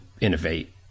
innovate